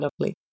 lovely